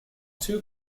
two